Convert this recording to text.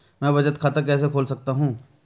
मैं बचत खाता कैसे खोल सकता हूँ?